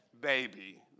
baby